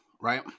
right